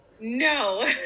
No